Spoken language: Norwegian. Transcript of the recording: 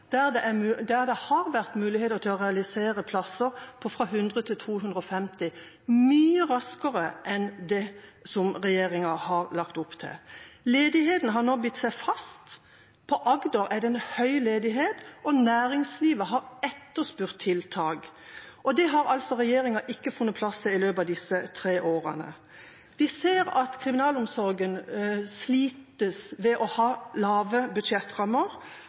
der det har vært muligheter til å realisere plasser fra 100 til 250 – mye raskere enn det som regjeringen har lagt opp til. Ledigheten har nå bitt seg fast. På Agder er det høy ledighet, og næringslivet har etterspurt tiltak, men det har altså regjeringen ikke funnet plass til i løpet av disse tre årene. Vi ser at kriminalomsorgen sliter ved å ha lave budsjettrammer.